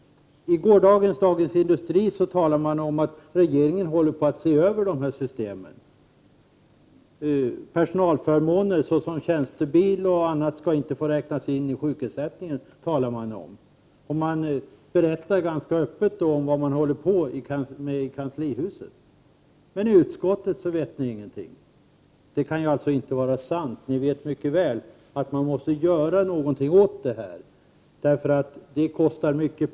I gårdagens Dagens Industri talar man om att regeringen håller på att se Över systemet. Man talar om att personalförmåner såsom tjänstebil och annat inte skall få räknas in i sjukersättningen. Man berättar också ganska öppet om vad man håller på med i kanslihuset. Men i utskottet vet ni ingenting. Det kan inte vara sant. Ni vet mycket väl att man måste göra någonting åt detta, därför att det kostar mycket pengar.